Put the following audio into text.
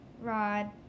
rod